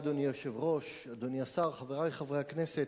אדוני היושב-ראש, אדוני השר, חברי חברי הכנסת,